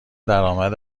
درامد